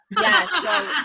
Yes